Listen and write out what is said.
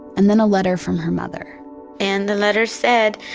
and then a letter from her mother and the letter said,